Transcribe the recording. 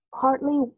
partly